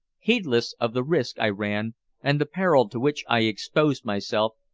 heedless of the risk i ran and the peril to which i exposed myself,